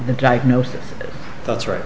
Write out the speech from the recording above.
diagnosis that's right